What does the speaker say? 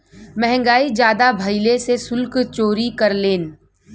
महंगाई जादा भइले से सुल्क चोरी करेलन